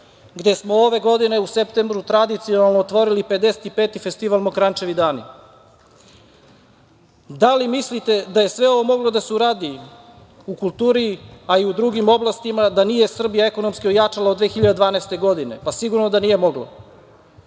gde smo ove godine u septembru tradicionalno otvorili 55. festival Mokranjčevi dani. Da li mislite da je sve ovo moglo da se uradi u kulturi, a i u drugim oblastima, da nije Srbija ekonomski ojačala od 2012. godine? Pa, sigurno da nije moglo.